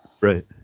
Right